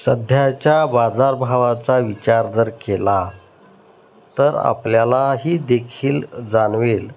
सध्याच्या बाजारभावाचा विचार जर केला तर आपल्यालाही देखील जाणवेल